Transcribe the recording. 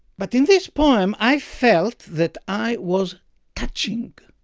but in this poem i felt that i was touching.